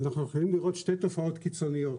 אנחנו יכולים לראות שתי תופעות קיצוניות.